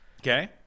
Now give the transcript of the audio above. Okay